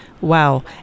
Wow